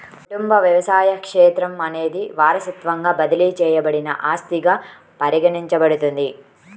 కుటుంబ వ్యవసాయ క్షేత్రం అనేది వారసత్వంగా బదిలీ చేయబడిన ఆస్తిగా పరిగణించబడుతుంది